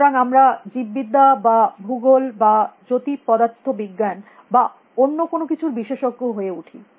সুতরাং আমরা জীববিদ্যা বা ভূগোল বা জ্যোতিঃপদার্থবিজ্ঞান বা অন্য কোনো কিছুর বিশেষজ্ঞ হয়ে উঠি